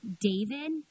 David